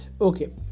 Okay